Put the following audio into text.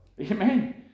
amen